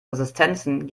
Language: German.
resistenzen